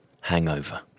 hangover